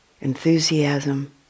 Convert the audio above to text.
enthusiasm